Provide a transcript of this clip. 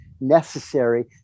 necessary